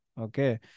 Okay